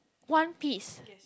one piece